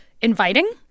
inviting